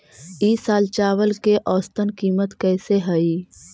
ई साल चावल के औसतन कीमत कैसे हई?